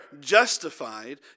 justified